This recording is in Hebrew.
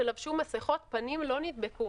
שחבשו מסיכות פנים לא נדבקו.